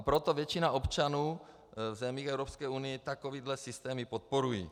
Proto většina občanů v zemích Evropské unie takovéhle systémy podporuje.